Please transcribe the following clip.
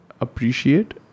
appreciate